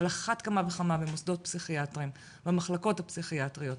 על אחת כמה וכמה במוסדות פסיכיאטריים והמחלקות הפסיכיאטריות,